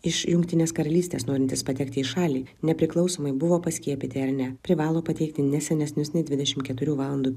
iš jungtinės karalystės norintys patekti į šalį nepriklausomai buvo paskiepyti ar ne privalo pateikti ne senesnius nei dvidešim keturių valandų